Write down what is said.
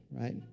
right